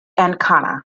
ancona